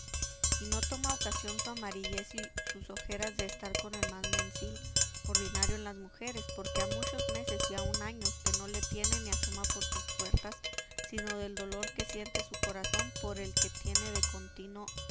y no toma ocasión su amarillez y sus ojeras de estar con el mal mensil ordinario en las mujeres porque ha muchos meses y aun años que no le tiene ni asoma por sus puertas sino del dolor que siente su corazón por el que de contino